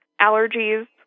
Allergies